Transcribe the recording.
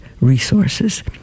Resources